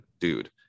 dude